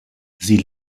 sie